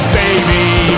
baby